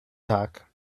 tag